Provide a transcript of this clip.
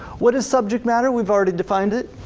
what is subject matter? we've already defined it.